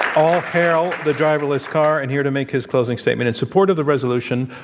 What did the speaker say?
all hail the driverless car. and here to make his closing statement in support of the resolution,